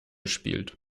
spielt